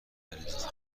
علیرضا